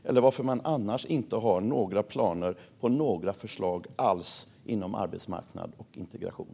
Om inte, varför har man inga planer alls på förslag inom arbetsmarknad och integration?